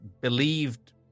believed